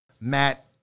Matt